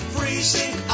Freezing